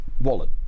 wallet